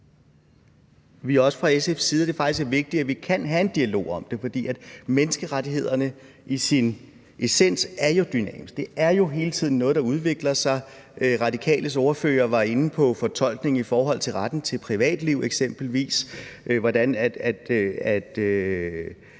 vi også fra SF's side, at det faktisk er vigtigt, at vi kan have en dialog om det, for menneskerettighederne er jo i deres essens dynamiske. Det er jo noget, der hele tiden udvikler sig. Radikales ordfører var inde på fortolkning af retten til privatliv eksempelvis,